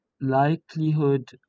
likelihood